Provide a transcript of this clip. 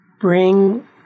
bring